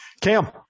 Cam